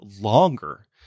longer